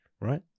right